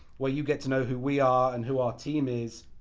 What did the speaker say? where you get to know who we are and who our team is,